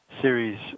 series